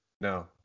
No